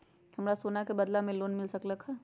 हमरा सोना के बदला में लोन मिल सकलक ह?